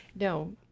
No